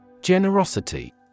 Generosity